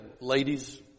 Ladies